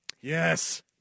Yes